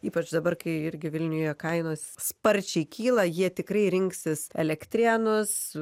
ypač dabar kai irgi vilniuje kainos sparčiai kyla jie tikrai rinksis elektrėnus